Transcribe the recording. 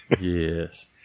Yes